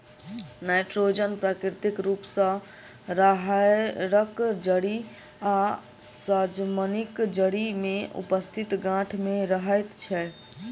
nitrogen प्राकृतिक रूप सॅ राहैड़क जड़ि आ सजमनिक जड़ि मे उपस्थित गाँठ मे रहैत छै